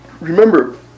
remember